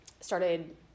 started